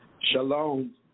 Shalom